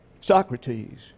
Socrates